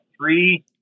three